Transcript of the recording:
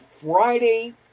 friday